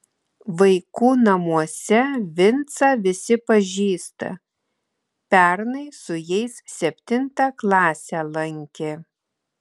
vaikų namuose vincą visi pažįsta pernai su jais septintą klasę lankė